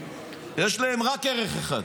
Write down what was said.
יש להם רק ערך אחד,